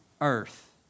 earth